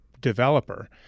developer